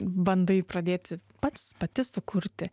bandai pradėti pats pati sukurti